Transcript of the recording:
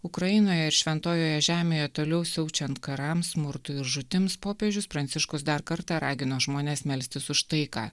ukrainoje ir šventojoje žemėje toliau siaučiant karams smurtui ir žūtims popiežius pranciškus dar kartą ragino žmones melstis už taiką